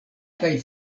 kaj